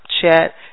chat